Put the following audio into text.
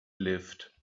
lived